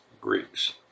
Greeks